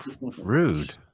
Rude